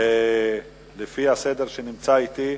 על-פי סדר-היום שנמצא אצלי: